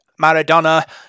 Maradona